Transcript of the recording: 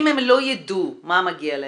אם הם לא יידעו מה מגיע להם,